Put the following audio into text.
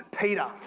Peter